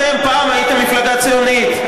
אתם פעם הייתם מפלגה ציונית.